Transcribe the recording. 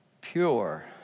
pure